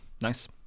Nice